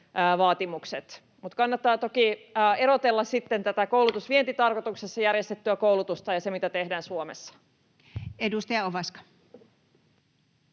koputtaa] tämä koulutusvientitarkoituksessa järjestetty koulutus ja se, mitä tehdään Suomessa. [Speech 84]